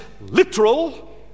literal